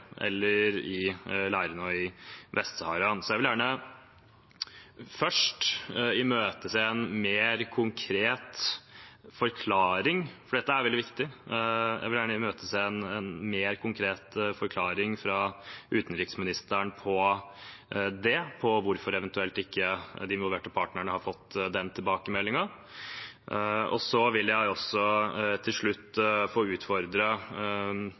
eller i leirene og i Vest-Sahara. Dette er veldig viktig. Jeg imøteser gjerne en mer konkret forklaring fra utenriksministeren på hvorfor – eventuelt – de involverte partnerne ikke har fått den tilbakemeldingen. Til slutt vil jeg også få utfordre